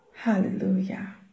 Hallelujah